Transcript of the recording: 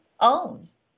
owns